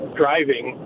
driving